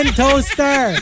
toaster